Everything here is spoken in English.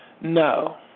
No